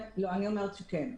לא, אני אומרת שכן.